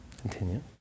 Continue